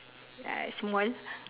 uh small